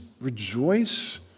rejoice